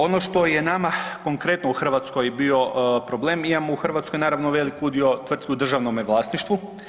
Ono što je nama konkretno u Hrvatskoj bio problem imamo u Hrvatskoj naravno velik udio tvrtki u državnome vlasništvu.